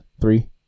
Three